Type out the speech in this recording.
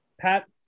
Pat